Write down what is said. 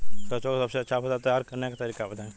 सरसों का सबसे अच्छा फसल तैयार करने का तरीका बताई